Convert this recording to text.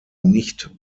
nicht